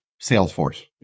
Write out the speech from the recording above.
Salesforce